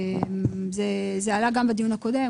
זה עלה גם בדיון הקודם,